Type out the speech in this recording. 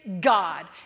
God